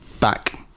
Back